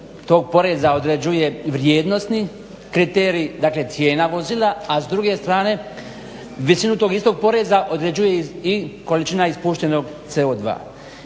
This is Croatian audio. tog poreza određuje vrijednosni kriterij, dakle cijena vozila, a s druge strane većinu tog istog poreza određuje i količina ispuštenog CO2.